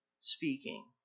Speaking